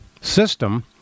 System